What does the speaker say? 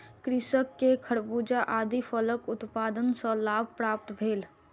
कृषक के खरबूजा आदि फलक उत्पादन सॅ लाभ प्राप्त भेल